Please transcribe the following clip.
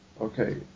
Okay